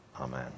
Amen